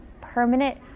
permanent